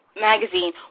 Magazine